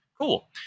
Cool